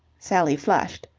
sally flushed.